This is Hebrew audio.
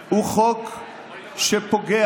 הוא חוק רע,